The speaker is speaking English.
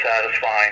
satisfying